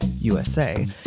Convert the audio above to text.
USA